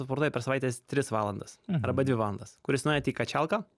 sportuoja per savaitę tris valandas arba dvi valandas kuris nuėjo į kačialką